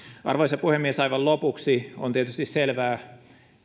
arvoisa puhemies aivan lopuksi on tietysti selvää